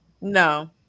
No